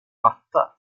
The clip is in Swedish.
matta